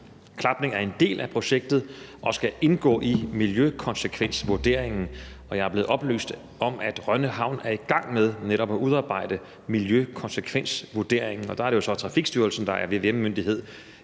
Klapning er en del af projektet og skal indgå i miljøkonsekvensvurderingen, og jeg er blevet oplyst om, at Rønne Havn er i gang med netop at udarbejde miljøkonsekvensvurderingen, og der er det jo så Trafikstyrelsen, der er vvm-myndighed